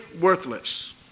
worthless